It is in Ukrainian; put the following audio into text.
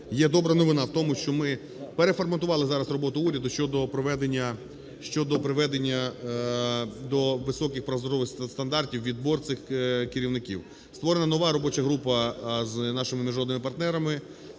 є добра новина в тому, що ми переформатували зараз роботу уряду щодо приведення до високих прозорих стандартів відбір цих керівників. Створена нова робоча група з нашими міжнародними партнерами